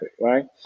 right